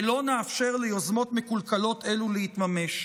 ולא נאפשר ליוזמות מקולקלות אלה להתממש.